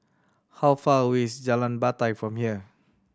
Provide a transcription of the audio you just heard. how far away is Jalan Batai from here